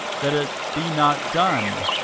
that it be not done.